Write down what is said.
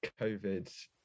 covid